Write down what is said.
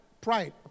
Pride